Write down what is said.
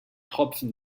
tropfen